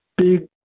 big